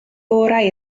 gorau